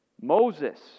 Moses